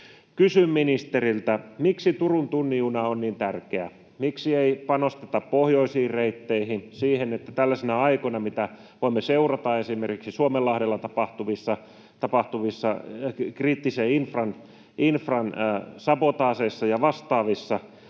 Kysyn ministeriltä: Miksi Turun tunnin juna on niin tärkeä? Miksi ei panosteta pohjoisiin reitteihin? Tällaisina aikoina, mitä voimme seurata esimerkiksi Suomenlahdella tapahtuvissa kriittisen infran sabotaaseissa ja vastaavissa,